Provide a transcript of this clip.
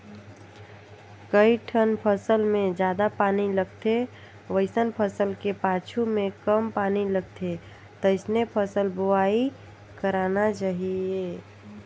कइठन फसल मे जादा पानी लगथे वइसन फसल के पाछू में कम पानी लगथे तइसने फसल बोवाई करना चाहीये